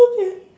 okay